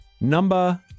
number